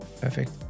Perfect